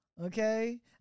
Okay